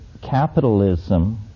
capitalism